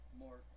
more